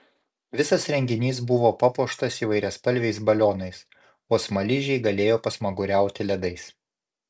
visas renginys buvo papuoštas įvairiaspalviais balionais o smaližiai galėjo pasmaguriauti ledais